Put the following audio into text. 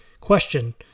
Question